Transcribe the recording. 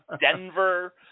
Denver